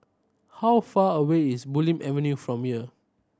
how far away is Bulim Avenue from here